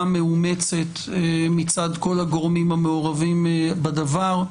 מאומצת מצד כל הגורמים המעורבים בדבר,